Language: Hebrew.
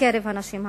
בקרב הנשים הערביות.